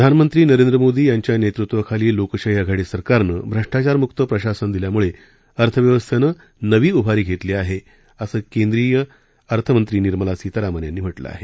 प्रधानमंत्री नरेंद्र मोदी यांच्या नेतृत्वाखालील लोकशाही आघाडी सरकारनं भ्रष्टाचारमुक प्रशासन दिल्यामुळे अर्थव्यवस्थेनं नवी उभारी घेतली आहे असं केंद्रीय अर्थमंत्री निर्मला सीतारामन यांनी म्हटलं आहे